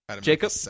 Jacob